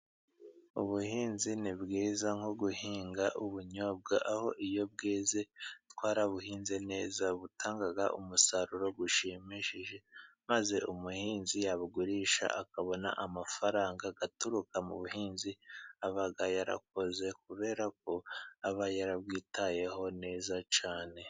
Ubuhinzi ni bwiza, nko guhinga ubunyobwa ,aho iyo bweze twarabuhinze neza butanga umusaruro ushimishije ,maze umuhinzi yabugurisha akabona amafaranga aturuka mu buhinzi ,aba yarakoze kubera ko aba yarabwitayeho neza cyane.